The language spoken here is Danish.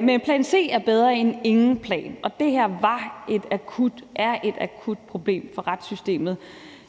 men en plan C er bedre end ingen plan, og det her er et akut problem for retssystemet.